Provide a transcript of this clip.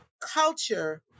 culture